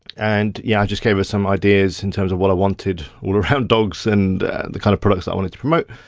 and yeah, i just gave her some ideas in terms of what i wanted all around dogs and the kind of products i wanted to promote.